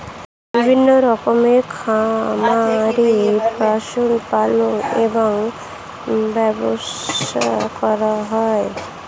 বিভিন্ন রকমের খামারে পশু পালন এবং ব্যবসা করা হয়